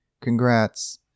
Congrats